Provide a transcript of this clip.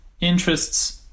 interests